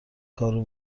کارو